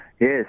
Yes